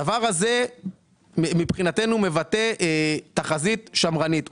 הדבר הזה מבחינתנו מבטא תחזית שמרנית.